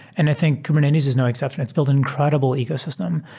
and i think kubernetes is no exception. it's build an incred ible ecosystem.